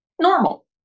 normal